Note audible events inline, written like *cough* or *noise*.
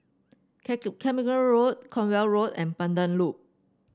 *unintelligible* Carmichael Road Cornwall Road and Pandan Loop